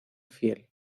fiel